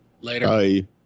Later